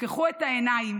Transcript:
תפקחו את העיניים,